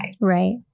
Right